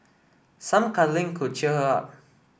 some cuddling could cheer her up